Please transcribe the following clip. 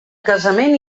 casament